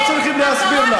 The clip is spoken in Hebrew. לא צריכים להסביר לך.